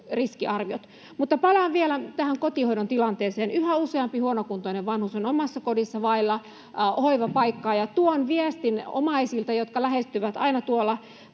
riskiarviot. Palaan vielä tähän kotihoidon tilanteeseen. Yhä useampi huonokuntoinen vanhus on omassa kodissaan vailla hoivapaikkaa, ja tuon viestin omaisilta, jotka lähestyvät aina tuolla